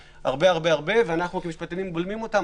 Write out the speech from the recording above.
הרבה-הרבה-הרבה ואנחנו כמשפטנים בולמים אותם,